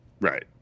right